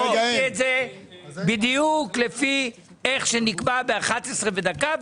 עשיתי את זה בדיוק לפי איך שנקבע באחת-עשרה ודקה,